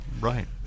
right